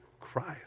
Christ